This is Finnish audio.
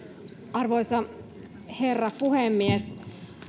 arvoisa herra puhemies